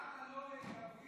למה לא מדברים.